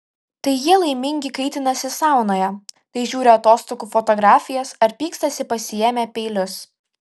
tai jie laimingi kaitinasi saunoje tai žiūri atostogų fotografijas ar pykstasi pasiėmę peilius